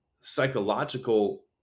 psychological